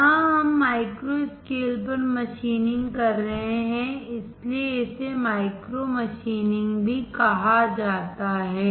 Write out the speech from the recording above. यहां हम micro scale पर मशीनिंग कर रहे हैं इसलिए इसे माइक्रो मशीनिंग भी कहा जाता है